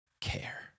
care